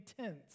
tents